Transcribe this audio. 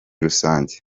rusange